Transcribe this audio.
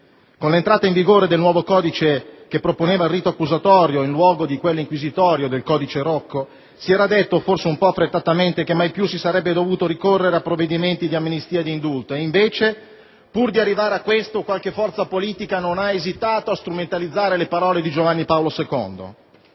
Con l'entrata in vigore del nuovo codice, che proponeva il rito accusatorio in luogo di quello inquisitorio del codice Rocco, si era detto, forse un po' affrettatamente, che mai più si sarebbe dovuto ricorrere a provvedimenti di amnistia e di indulto e invece, pur di arrivare a questo, qualche forza politica non ha esitato a strumentalizzare le parole di Giovanni Paolo II.